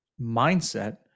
mindset